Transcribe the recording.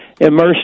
immersed